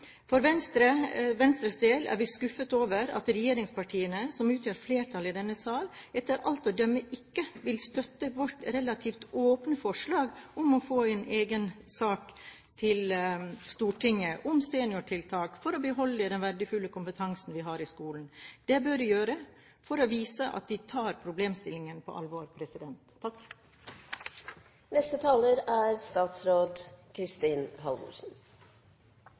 For Venstres del er vi skuffet over at regjeringspartiene, som utgjør flertallet i denne sal, etter alt å dømme ikke vil støtte vårt relativt åpne forslag om å få en egen sak til Stortinget om seniortiltak for å beholde den verdifulle kompetansen vi har i skolen. Det bør de gjøre for å vise at de tar problemstillingen på alvor. Jeg synes at denne diskusjonen er